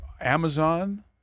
Amazon